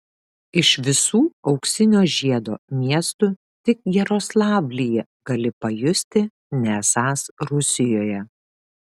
iš visų auksinio žiedo miestų tik jaroslavlyje gali pajusti nesąs rusijoje